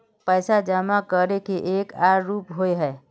पैसा जमा करे के एक आर रूप होय है?